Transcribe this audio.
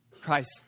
Christ